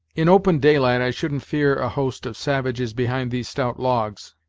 in open daylight i shouldn't fear a host of savages behind these stout logs,